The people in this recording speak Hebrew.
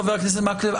חה"כ מקלב,